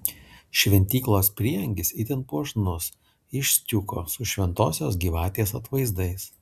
šventyklos prieangis itin puošnus iš stiuko su šventosios gyvatės atvaizdais